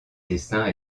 dessins